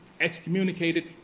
excommunicated